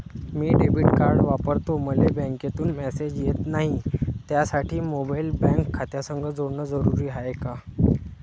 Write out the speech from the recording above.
मी debit card वापरतो मले बँकेतून मॅसेज येत नाही, त्यासाठी मोबाईल बँक खात्यासंग जोडनं जरुरी हाय का?